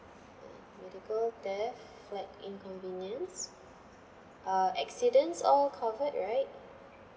medical theft flight inconvenience uh accidents all covered right